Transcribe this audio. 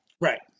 Right